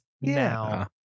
now